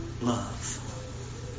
love